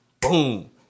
boom